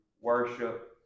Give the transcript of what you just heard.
worship